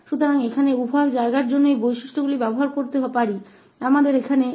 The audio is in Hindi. तो यहाँ दोनों स्थानों के लिए हम इन गुणों का उपयोग कर सकते हैं